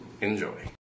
Enjoy